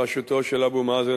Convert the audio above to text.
בראשותו של אבו מאזן,